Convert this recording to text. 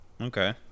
Okay